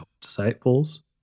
disciples